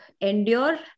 endure